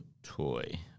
Toy